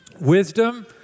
Wisdom